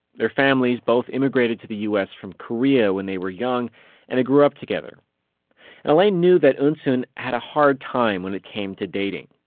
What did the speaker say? their families both immigrated to the u s. from korea when they were young and they grew up together elaine knew that eunsoon had a hard time when it came to dating.